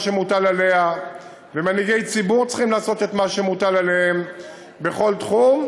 שמוטל עליה ומנהיגי ציבור צריכים לעשות את מה שמוטל עליהם בכל תחום,